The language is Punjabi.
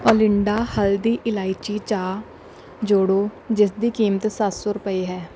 ਓਲਿੰਡਾ ਹਲਦੀ ਇਲਾਇਚੀ ਚਾਹ ਜੋੜੋ ਜਿਸ ਦੀ ਕੀਮਤ ਰੁਪਏ ਸੱਤ ਸੌ ਹੈ